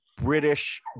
british